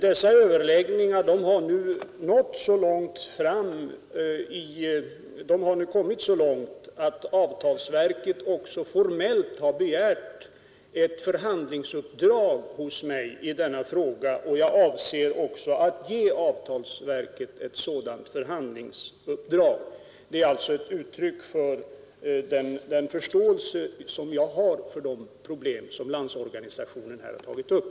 Dessa överläggningar har nu kommit så långt att avtalsverket också formellt begärt ett förhandlingsuppdrag hos mig i denna fråga. Jag avser också att ge avtalsverket ett sådant förhandlingsuppdrag. Det är alltså ett uttryck för den förståelse jag har för de problem som Landsorganisationen här tagit upp.